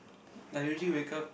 I usually wake up